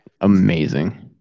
amazing